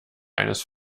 eines